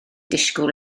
disgwyl